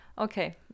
Okay